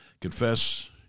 confess